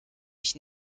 mich